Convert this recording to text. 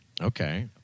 Okay